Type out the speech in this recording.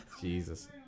Jesus